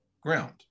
ground